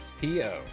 P-O